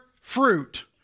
fruit